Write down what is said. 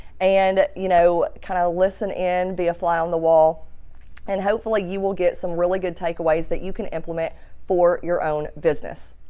and you know kind of listen in be a fly on the wall and hopefully you will get some really good takeaways that you can implement for your own business.